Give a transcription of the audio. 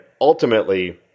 ultimately